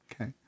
Okay